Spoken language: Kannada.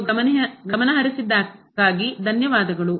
ನೀವು ಗಮನಹರಿಸಿದ್ದಕ್ಕಾಗಿ ಧನ್ಯವಾದಗಳು